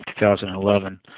2011